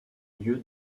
lieu